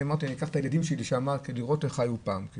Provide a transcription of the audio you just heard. אמרתי שאולי אקח את הילדים שלי לשם כדי לראות איך חיו פעם.